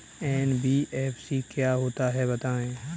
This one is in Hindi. एन.बी.एफ.सी क्या होता है बताएँ?